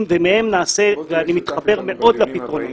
ומהם נעשה ואני מתחבר מאוד לפתרונות.